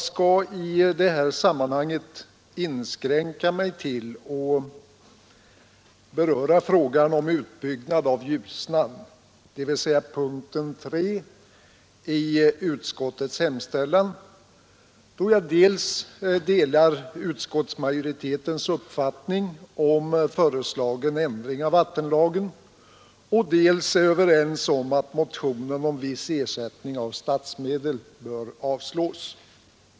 Jag skall i detta sammanhang inskränka mig till att beröra frågan om utbyggnad av Ljusnan, dvs. punkten 3 i utskottets hemställan, då jag dels delar utskottsmajoritetens uppfattning om föreslagen ändring av vattenlagen, dels är överens med utskottsmajoriteten om att motionen om viss ersättning av statsmedel bör avslås.